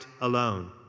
alone